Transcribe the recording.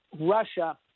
Russia